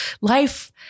life